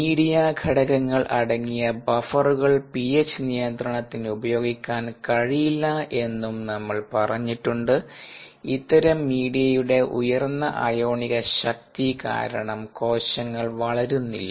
media ഘടകങ്ങൾ അടങ്ങിയ ബഫറുകൾ പിഎച്ച് നിയന്ത്രണത്തിന് ഉപയോഗിക്കാൻ കഴിയില്ല എന്നും നമ്മൾ പറഞ്ഞിട്ടുണ്ട് ഇത്തരം മീഡിയയുടെ ഉയർന്ന അയോണിക ശക്തി കാരണം കോശങ്ങൾ വളരുന്നില്ല